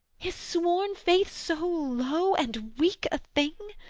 is sworn faith so low and weak a thing?